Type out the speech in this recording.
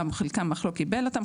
אך לא קיבל אותם,